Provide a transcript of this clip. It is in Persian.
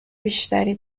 بیشتری